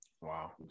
wow